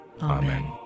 Amen